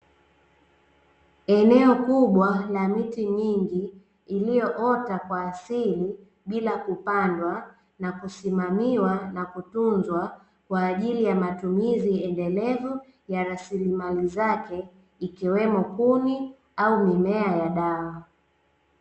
Eneo kubwa la miti mingi iliyoota kwa asili, bila kupandwa na kusimamiwa na kutunzwa kwaajili ya matumizi endelevu ya rasilimali zake ikiwemo kuni au mimea ya dawa.